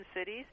Cities